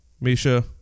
Misha